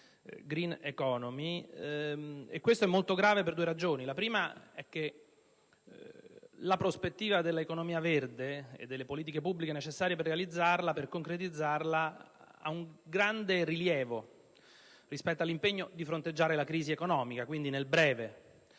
*green* *economy*. Questo è molto grave, per due ragioni. In primo luogo, perché la prospettiva dell'economia verde, e delle politiche pubbliche necessarie per realizzarla e concretizzarla, ha un grande rilievo in considerazione della necessità di fronteggiare la crisi economica (quindi nel breve